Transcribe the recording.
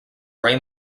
ray